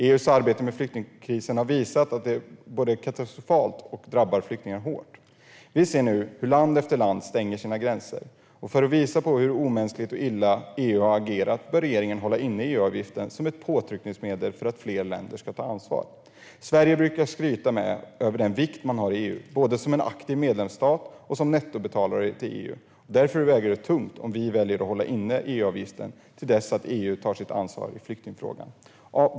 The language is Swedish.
EU:s arbete med flyktingkrisen har visat att det är både katastrofalt och drabbar flyktingar hårt. Vi ser nu hur land efter land stänger sina gränser. För att visa på hur omänskligt och illa EU har agerat bör regeringen hålla inne EU-avgiften som ett påtryckningsmedel för att fler länder ska ta ansvar. Sverige brukar skryta över den vikt man har i EU, både som en aktiv medlemsstat och som nettobetalare till EU. Därför väger det tungt om vi väljer att hålla inne EU-avgiften till dess att EU tar sitt ansvar i flyktingfrågan.